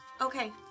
Okay